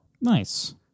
Nice